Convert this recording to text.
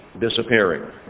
disappearing